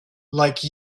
like